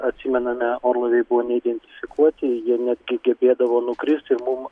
atsimename orlaiviai buvo neidentifikuoti jie netgi gebėdavo nukristi ir mum